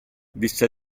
disse